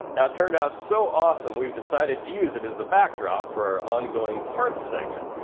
now it turned out so awesome we decided to use it as the backdrop for our ongoing partz segment.